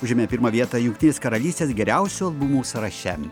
užėmė pirmą vietą jungtinės karalystės geriausių albumų sąraše